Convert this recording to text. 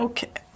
Okay